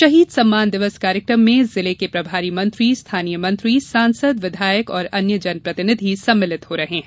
शहीद सम्मान दिवस कार्यक्रम में जिले के प्रभारी मंत्री स्थानीय मंत्री सांसद विधायक और अन्य जन प्रतिनिधि सम्मिलित हो रहे हैं